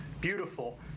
beautiful